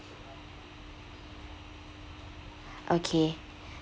okay